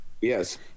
Yes